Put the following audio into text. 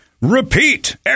repeat